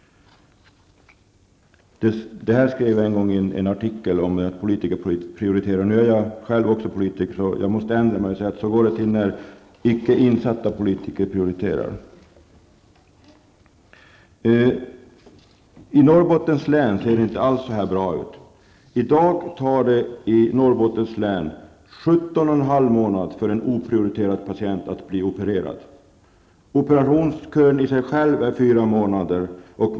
Så skrev jag också en gång i en artikel. Nu är även jag politiker, så jag måste ändra mig och säga: Så går det till när icke insatta politiker prioriterar. I Norrbottens län ser det inte alls så här bra ut. I dag tar det där 17 1/2 månad för en oprioriterad patient att bli opererad. Operationskön i sig själv är månader.